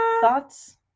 Thoughts